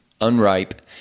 unripe